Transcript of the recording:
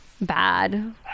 bad